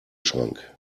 schrank